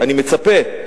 אני מצפה,